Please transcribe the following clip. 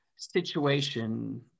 situation